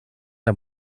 der